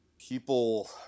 people